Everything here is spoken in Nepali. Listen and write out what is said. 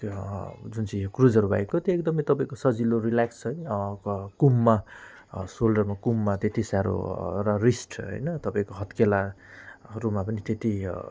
त्यो जुन चाहिँ क्रुजर बाइक हो त्यो एकदमै सजिलो तपाईँको रिल्याक्स छ है क कुममा सोल्डरमा कुममा त्यति साह्रो र रिस्ट होइन तपाईँको हत्केलाहरूमा पनि त्यति